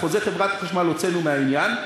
את חוזה חברת החשמל הוצאנו מהעניין.